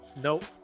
nope